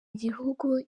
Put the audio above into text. igihugu